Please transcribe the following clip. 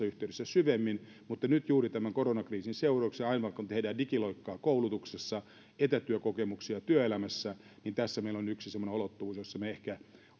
yhteydessä syvemmin mutta nyt juuri tämän koronakriisin seurauksena aivan kuten tehdään digiloikkaa koulutuksessa ja etätyökokemuksia työelämässä tässä meillä on yksi semmoinen ulottuvuus jossa me ehkä